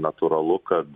natūralu kad